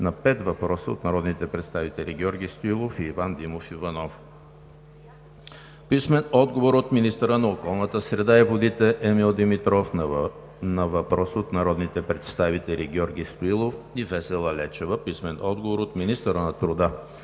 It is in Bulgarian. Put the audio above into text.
на пет въпроса от народните представители Георги Стоилов и Иван Димов Иванов; - министъра на околната среда и водите Емил Димитров на въпрос от народните представители Георги Стоилов и Весела Лечева; - министъра на труда